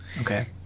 Okay